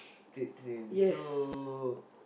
take train so